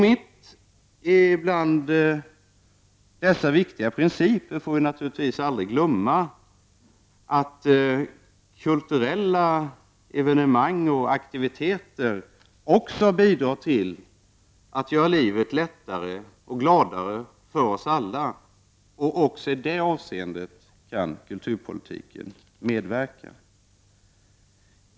Men bland alla dessa viktiga principer får vi aldrig glömma kulturella evenemang och aktiviteter också bidrar till att göra livet lättare och gladare för oss alla. Också i det avseendet kan kulturpolitiken medverka.